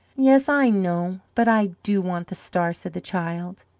yes, i know, but i do want the star, said the child.